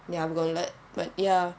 ya அங்க இல்லே:anga illae but ya